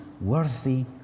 worthy